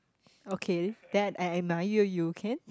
okay that I admire you can